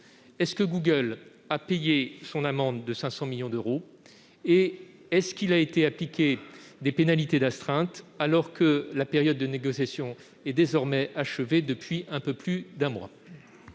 a-t-elle payé l'amende de 500 millions d'euros ? Lui a-t-on appliqué les pénalités d'astreinte, alors que la période de négociation est désormais achevée depuis un peu plus d'un mois ?